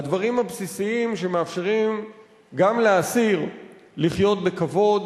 הדברים הבסיסיים שמאפשרים גם לאסיר לחיות בכבוד.